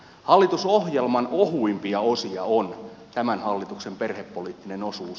hallitusohjelman ohuimpia osia on tämän hallituksen perhepoliittinen osuus